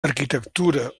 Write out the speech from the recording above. arquitectura